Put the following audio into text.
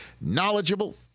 knowledgeable